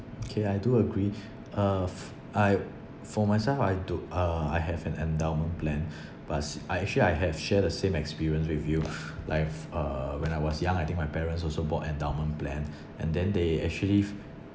okay I do agree uh f~ I for myself I do uh I have an endowment plan but s~ I actually I have share the same experience with you like uh when I was young I think my parents also bought endowment plan and then they actually